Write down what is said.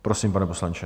Prosím, pane poslanče.